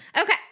Okay